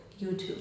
YouTube